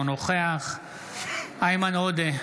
אינו נוכח איימן עודה,